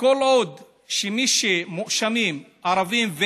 כל עוד מי שמואשמים הם ערבים,